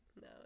No